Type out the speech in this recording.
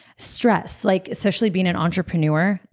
stress. like especially being an entrepreneur,